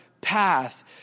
path